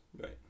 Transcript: Right